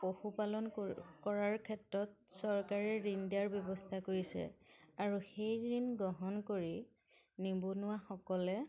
পশুপালন কৰি কৰাৰ ক্ষেত্ৰত চৰকাৰে ঋণ দিয়াৰ ব্যৱস্থা কৰিছে আৰু সেই ঋণ গ্ৰহণ কৰি নিবনুৱাসকলে